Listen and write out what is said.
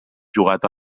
jugat